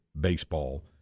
baseball